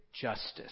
justice